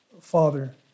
Father